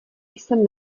jsem